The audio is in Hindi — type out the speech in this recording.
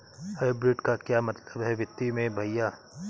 हाइब्रिड का क्या मतलब है वित्तीय में भैया?